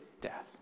death